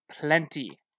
plenty